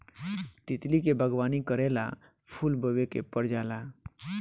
तितली के बागवानी करेला फूल बोए के पर जाला